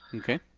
okay.